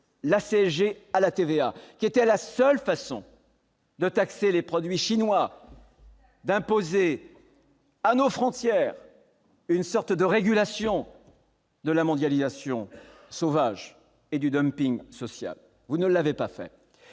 la CSG à la TVA, qui était la seule façon de taxer les produits chinois, ... Exact !... d'imposer à nos frontières une sorte de régulation de la mondialisation sauvage et du social. Vous ne l'avez pas fait.